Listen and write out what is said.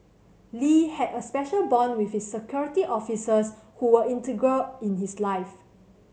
Lee had a special bond with his Security Officers who were integral in his life